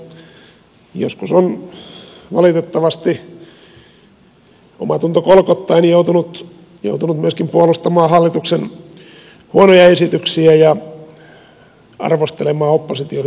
joskus on valitettavasti omatunto kolkuttaen joutunut myöskin puolustamaan hallituksen huonoja esityksiä ja arvostelemaan opposition hyviä esityksiä